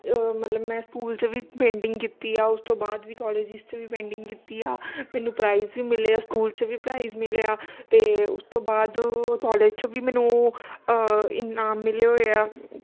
ਮਤਲਬ ਮੈਂ ਸਕੂਲ 'ਚ ਵੀ ਪੇਂਟਿੰਗ ਕੀਤੀ ਆ ਉਸ ਤੋਂ ਬਾਅਦ ਵੀ ਕੋਲਜਿਸ 'ਚ ਵੀ ਪੇਂਟਿੰਗ ਕੀਤੀ ਆ ਮੈਨੂੰ ਪ੍ਰਾਈਜ ਵੀ ਮਿਲੇ ਆ ਸਕੂਲ 'ਚ ਵੀ ਪ੍ਰਾਈਜ਼ ਮਿਲਿਆ ਅਤੇ ਉਸ ਤੋਂ ਬਾਅਦ ਕੋਲਜ ਚੋਂ ਵੀ ਮੈਨੂੰ ਇਨਾਮ ਮਿਲੇ ਹੋਏ ਆ